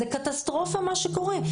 זה קטסטרופה מה שקורה.